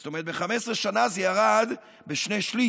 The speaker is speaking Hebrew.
זאת אומרת ב-15 שנה זה ירד בשני-שלישים.